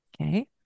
Okay